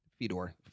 Fedor